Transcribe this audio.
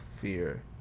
fear